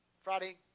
Friday